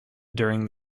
during